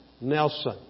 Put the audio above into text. Nelson